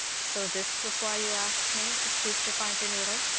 so this was why you asked me to stoop to find your needle?